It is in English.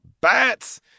Bats